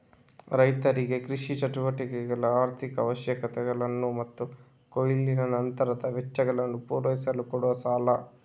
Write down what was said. ರೈತರಿಗೆ ಕೃಷಿ ಚಟುವಟಿಕೆಗಳ ಆರ್ಥಿಕ ಅವಶ್ಯಕತೆಗಳನ್ನ ಮತ್ತು ಕೊಯ್ಲಿನ ನಂತರದ ವೆಚ್ಚಗಳನ್ನ ಪೂರೈಸಲು ಕೊಡುವ ಸಾಲ